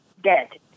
dead